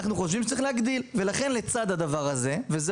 אנחנו חושבים שצריך להגדיל ולכן לצד הדבר הזה וזה